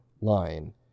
line